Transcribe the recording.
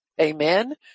Amen